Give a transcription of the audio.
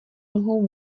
nohou